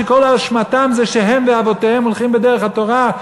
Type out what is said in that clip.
שכל אשמתם זה שהם ואבותיהם הולכים בדרך התורה.